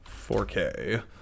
4K